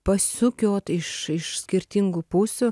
pasukiot iš iš skirtingų pusių